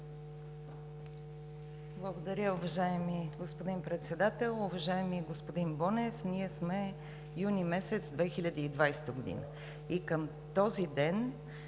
Благодаря, уважаеми господин Председател. Уважаеми господин Бонев, ние сме юни месец 2020 г. и към този ден